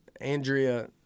Andrea